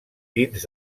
dins